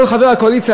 כל חבר הקואליציה,